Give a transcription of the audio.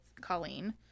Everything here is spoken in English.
Colleen